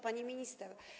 Pani Minister!